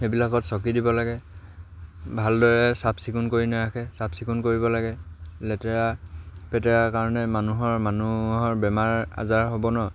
সেইবিলাকত চকী দিব লাগে ভালদৰে চাফ চিকুণ কৰি নাৰাখে চাফ চিকুণ কৰিব লাগে লেতেৰা পেতেৰাৰ কাৰণে মানুহৰ মানুহৰ বেমাৰ আজাৰ হ'ব ন